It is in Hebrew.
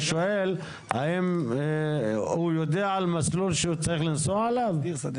אני שואל אם הוא יודע מה זה המסלול שהוא יכול לנסוע עליו.